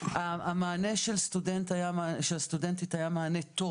המענה של הסטודנטית היה מענה טוב,